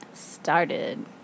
started